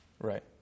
right